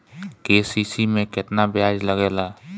KCC में केतना ब्याज लगेला?